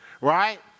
right